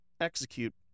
execute